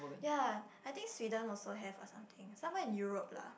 ya I think Sweden also have or something somewhere in Europe lah